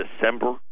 December